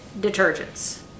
detergents